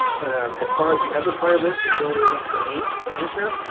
but um as far as the other part of this, this really isn't for me to answer,